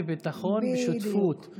בביטחון ובשותפות,